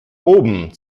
oben